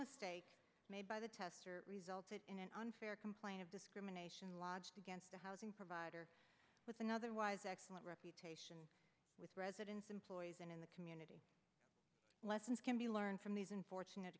mistake made by the tester resulted in an unfair complaint of discrimination lodged against a housing provider with another was excellent reputation with residents employees and in the community lessons can be learned from these unfortunate